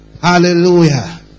Hallelujah